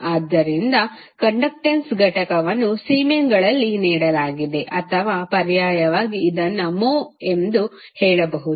ಆದ್ದರಿಂದ ಕಂಡಕ್ಟೆನ್ಸ್ ಘಟಕವನ್ನು ಸೀಮೆನ್ಗಳಲ್ಲಿ ನೀಡಲಾಗಿದೆ ಅಥವಾ ಪರ್ಯಾಯವಾಗಿ ಅದನ್ನು ಮ್ಹೋ ಎಂದು ಹೇಳಬಹುದು